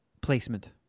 Placement